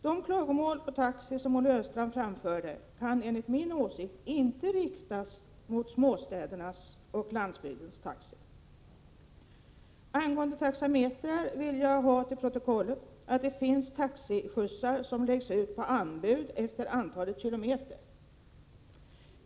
De klagomål på taxi som Olle Östrand framförde kan enligt min åsikt inte riktas mot småstädernas och landsbygdens taxirörelser. Angående taxametrar vill jag få till protokollet antecknat att det finns taxiskjutsar som läggs ut på anbud efter antalet kilometer.